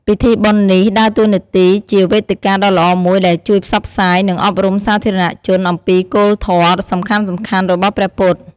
ពិធីបុណ្យនេះដើរតួនាទីជាវេទិកាដ៏ល្អមួយដែលជួយផ្សព្វផ្សាយ និងអប់រំសាធារណជនអំពីគោលធម៌សំខាន់ៗរបស់ព្រះពុទ្ធ។